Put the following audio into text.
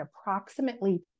approximately